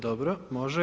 Dobro, može.